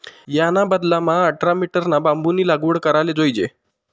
याना बदलामा आठरा मीटरना बांबूनी लागवड कराले जोयजे